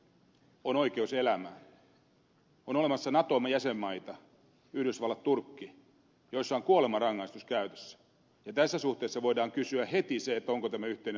on olemassa nato jäsenmaita yhdysvallat turkki joissa on kuolemanrangaistus käytössä ja tässä suhteessa voidaan kysyä heti onko tämä yhteistä arvopohjaa